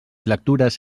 lectures